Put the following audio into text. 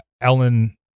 Ellen